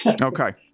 Okay